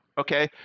okay